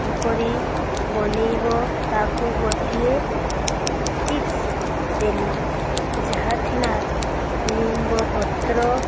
କିପରି ବନେଇବ ତାକୁ ଗୋଟିଏ ଟିପ୍ସ ଦେଲି ଯାହା ଥିଲା ନିମ୍ବପତ୍ର